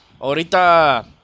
Ahorita